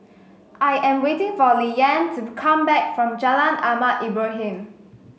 I am waiting for Liane to come back from Jalan Ahmad Ibrahim